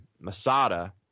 Masada